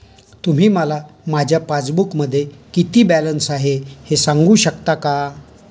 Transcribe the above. तुम्ही मला माझ्या पासबूकमध्ये किती बॅलन्स आहे हे सांगू शकता का?